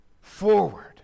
forward